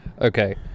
Okay